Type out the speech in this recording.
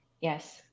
Yes